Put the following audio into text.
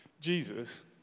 Jesus